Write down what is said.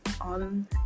on